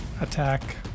attack